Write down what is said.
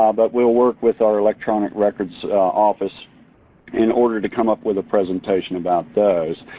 um but we'll work with our electronic records office in order to come up with a presentation about those.